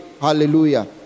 Hallelujah